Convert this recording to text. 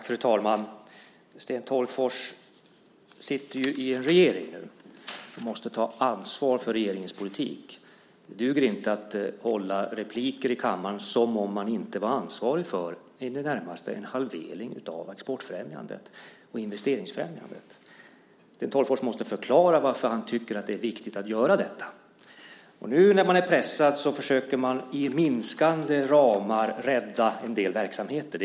Fru talman! Sten Tolgfors sitter i en regering nu och måste ta ansvar för regeringens politik. Det duger inte att göra inlägg i kammaren som om man inte var ansvarig för i det närmaste en halvering av exportfrämjandet och investeringsfrämjandet. Sten Tolgfors måste förklara varför han tycker att det är viktigt att göra detta. Nu när man är pressad försöker man med minskande ramar rädda en del verksamheter.